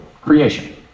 creation